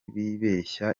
bibeshya